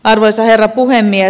arvoisa herra puhemies